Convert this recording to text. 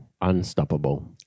unstoppable